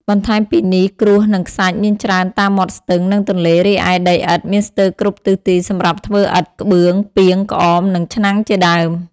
បន្ថែមពីនេះ ក្រួស និង ខ្សាច់ មានច្រើនតាមមាត់ស្ទឹង និងទន្លេ រីឯ ដីឥដ្ឋ មានស្ទើរគ្រប់ទិសទីសម្រាប់ធ្វើឥដ្ឋ ក្បឿង ពាង ក្អម និងឆ្នាំងជាដើម។